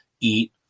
eat